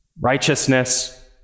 Righteousness